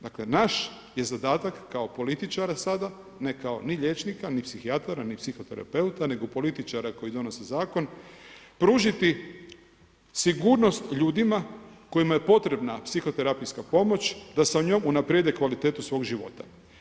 Dakle naš je zadatak kao političara sada, ne kao ni liječnika, ni psihijatara ni psihoterapeuta nego političara koji donose zakon, pružiti sigurnost ljudima kojima je potrebna psihoterapijska pomoć da o njoj unaprijede kvalitetu svog života.